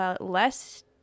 less